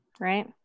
right